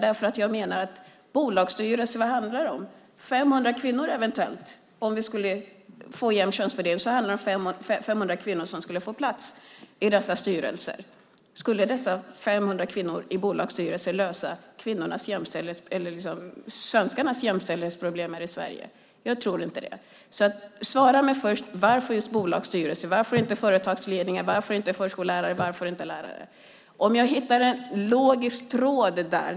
Vad handlar det om i bolagsstyrelserna? Det är eventuellt 500 kvinnor. Om vi skulle få en jämn könsfördelning handlar det om att 500 kvinnor får plats i dessa styrelser. Skulle dessa 500 kvinnor i bolagsstyrelser lösa jämställdhetsproblemen här i Sverige? Jag tror inte det. Svara mig först: Varför just bolagsstyrelser? Varför inte företagsledningar, varför inte förskollärare, varför inte lärare? Jag hittar inte en logisk tråd där.